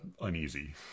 uneasy